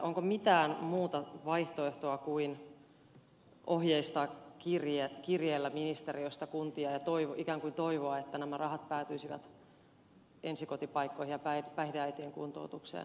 onko mitään muuta vaihtoehtoa kuin ohjeistaa kirjeellä ministeriöstä kuntia ja ikään kuin toivoa että nämä rahat päätyisivät ensikotipaikkoihin ja päihdeäitien kuntoutukseen